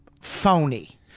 phony